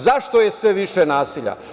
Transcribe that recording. Zašto je sve više nasilja?